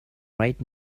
right